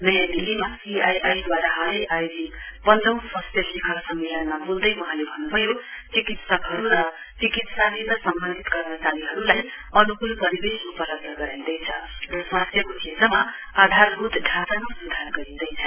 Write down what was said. नयाँ दिल्लीमा सीआईआईद्वारा हालै आयोजित पन्धौं स्वास्थ्य शिखर सम्मेलनमा बोल्दै वहाँले भन्नुभयो चिकित्सकहरू र चिकित्ससित सम्बन्धित कर्मचारीहरूलाई अनुकूल परिवेश उपलब्ध गराईदैछ र स्वास्थ्यको क्षेत्रमा आधारभूत ढाँचामा सुधार गरिदैछ